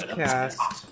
cast